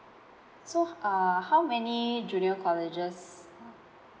so uh how many junior colleges uh